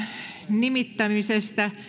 nimittämisestä